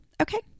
Okay